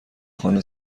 خانه